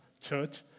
church